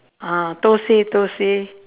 uh thosai thosai